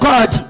God